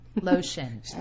lotion